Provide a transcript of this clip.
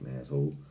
asshole